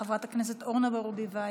חברת הכנסת אורנה ברביבאי.